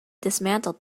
dismantled